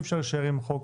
אי אפשר להישאר עם חוק